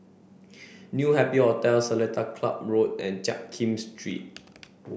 new Happy Hotel Seletar Club Road and Jiak Kim Street